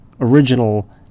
original